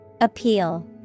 Appeal